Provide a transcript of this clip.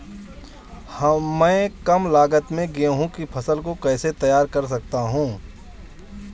मैं कम लागत में गेहूँ की फसल को कैसे तैयार कर सकता हूँ?